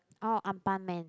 orh An pan-man